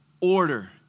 order